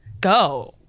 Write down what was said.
go